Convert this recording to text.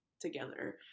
together